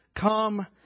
Come